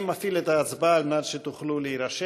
אני מפעיל את ההצבעה על מנת שתוכלו להירשם.